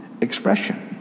expression